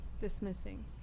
dismissing